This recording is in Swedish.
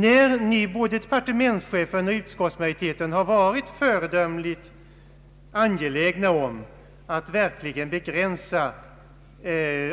När både departementschefen och utskottsmajoriteten varit föredömligt angelägna om att verkligen begränsa